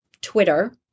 Twitter